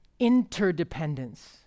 interdependence